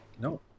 no